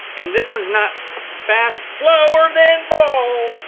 and this one's not fast slower than balls!